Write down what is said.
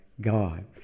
God